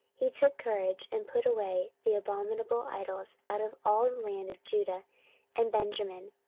he took courage, and put away the abominable idols out of all the land of judah and benjamin,